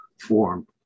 form